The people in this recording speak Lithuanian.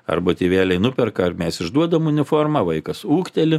arba tėveliai nuperka ar mes išduodam uniformą vaikas ūgteli